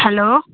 hello